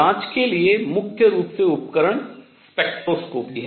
जांच के लिए मुख्य रूप से उपकरण स्पेक्ट्रोस्कोपी हैं